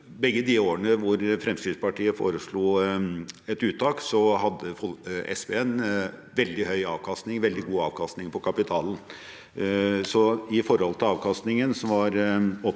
begge de årene da Fremskrittspartiet foreslo et uttak, hadde SPN en veldig god avkastning på kapitalen. I forhold til avkastningen som var opptjent